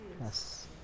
yes